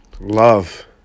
love